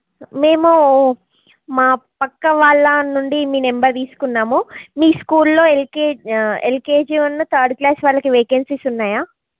మేము మా పక్క వాళ్ళ నుండి మీ నెంబర్ తీసుకున్నాము మీ స్కూల్ లో ఎల్కేజీ నుండి థర్డ్ క్లాస్ వాళ్ళకి వేకెన్సీస్ ఉన్నాయా